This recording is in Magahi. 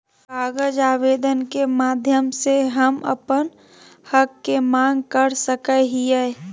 कागज आवेदन के माध्यम से हम अपन हक के मांग कर सकय हियय